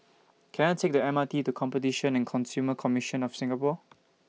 Can I Take The M R T to Competition and Consumer Commission of Singapore